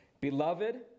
Beloved